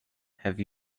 have